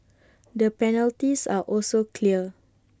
the penalties are also clear